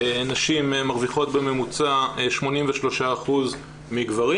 נשים מרוויחות בממוצע 83% מגברים,